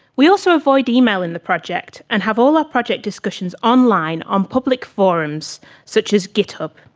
we also avoid email in the project and have all our project discussions online on public forums such as github.